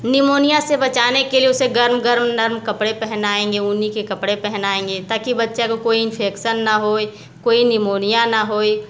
pneumonia से बचाने के लिए उसे गर्म गर्म नर्म कपड़े पहनाएंगे ऊनी के कपड़े पहनाएंगे ताकि बच्चा को कोई इंफेक्शन न होए कोई निमोनिया न होए